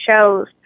shows